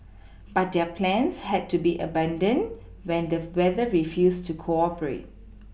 but their plans had to be abandoned when the weather refused to cooperate